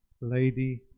lady